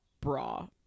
bra